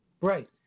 Right